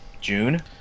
june